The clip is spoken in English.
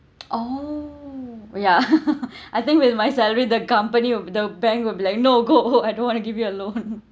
orh yeah I think with my salary the company will the bank will be like no go I don't want to give you a loan